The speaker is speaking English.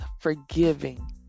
forgiving